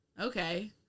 Okay